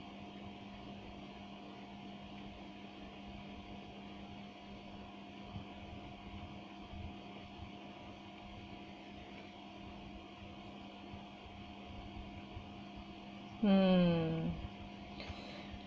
mm